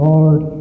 Lord